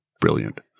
Brilliant